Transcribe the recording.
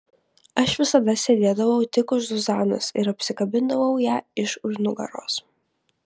aš visada sėdėdavau tik už zuzanos ir apsikabindavau ją iš už nugaros